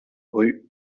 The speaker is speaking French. rue